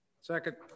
Second